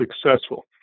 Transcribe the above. successful